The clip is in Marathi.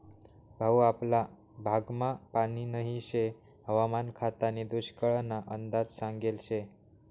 भाऊ आपला भागमा पानी नही शे हवामान खातानी दुष्काळना अंदाज सांगेल शे